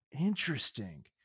Interesting